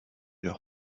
leur